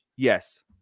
yes